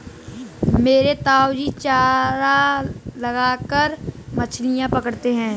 मेरे ताऊजी चारा लगाकर मछलियां पकड़ते हैं